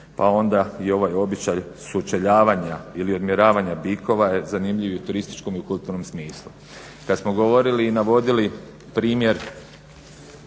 pa onda i ovaj običaj sučeljavanja ili odmjeravanja bikova je zanimljiv i u turističkom i u kulturnom smislu. Kad smo govorili i navodili primjer